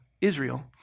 Israel